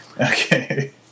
Okay